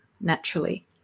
naturally